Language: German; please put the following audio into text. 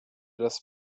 das